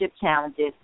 challenges